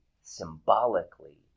symbolically